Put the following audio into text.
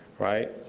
right,